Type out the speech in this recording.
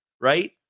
right